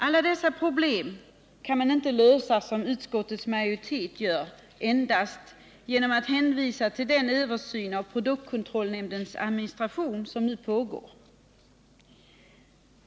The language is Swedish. Alla dessa problem kan inte lösas endast genom att, som utskottets majoritet gör, hänvisa till den översyn av produktkontrollnämndens administration som nu pågår.